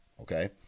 okay